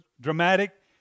dramatic